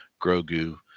Grogu